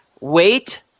Wait